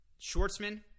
Schwartzman